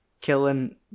killing